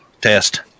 Test